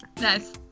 nice